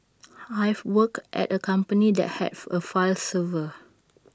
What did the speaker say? I've worked at A company that have A file server